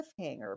cliffhanger